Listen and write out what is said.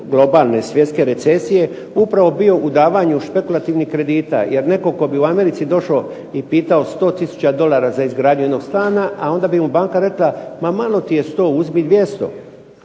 globalne svjetske recesije upravo bio u davanju špekulativnih kredita. Jer netko tko bi u Americi došao i pitao 100 tisuća dolara za izgradnju jednog stana a onda bi mu banka rekla ma malo ti je 100, uzmi 200